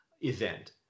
event